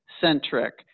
centric